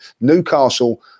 newcastle